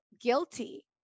guilty